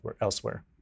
elsewhere